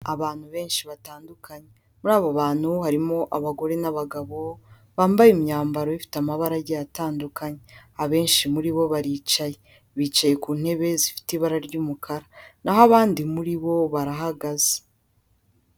Abantu benshi batandukanye muri abo bantu harimo abagore n'abagabo bambaye imyambaro ifite amabara agiye atandukanye, abenshi muri bo baricaye, bicaye ku ntebe zifite ibara ry'umukara, naho abandi muri bo barahagaze.